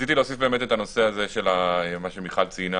רציתי להוסיף את הנושא הזה שחברת הכנסת מיכל ציינה,